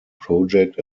project